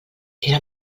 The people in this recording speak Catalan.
era